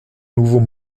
nouveau